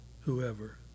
whoever